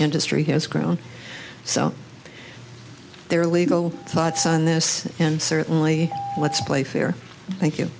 industry has grown so their legal thoughts on this and certainly let's play fair thank you